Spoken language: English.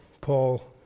Paul